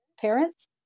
parents